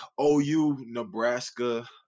OU-Nebraska